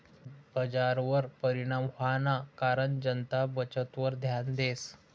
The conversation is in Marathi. बजारवर परिणाम व्हवाना कारण जनता बचतवर ध्यान देस